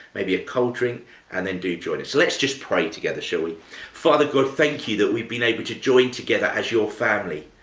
maybe a cold drink and then do join us. let's just pray together, shall we father god, thank you that we've been able to join together as your family.